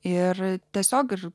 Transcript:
ir tiesiog ir